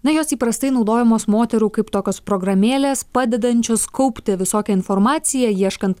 na jos įprastai naudojamos moterų kaip tokios programėlės padedančios kaupti visokią informaciją ieškant